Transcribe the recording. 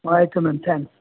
ಆಯಿತು ma'am thanks